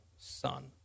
son